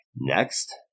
Next